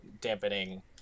dampening